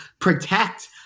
protect